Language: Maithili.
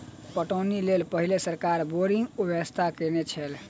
पटौनीक लेल पहिने सरकार बोरिंगक व्यवस्था कयने छलै